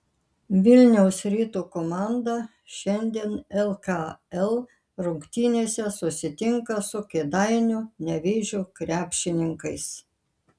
vilniaus ryto komanda šiandien lkl rungtynėse susitinka su kėdainių nevėžio krepšininkais